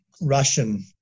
Russian